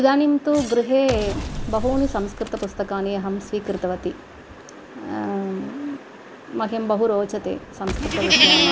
इदानीं तु गृहे बहूनि संस्कृतपुस्तकानि अहं स्वीकृतवती मह्यं बहु रोचते संस्कृतविषयाः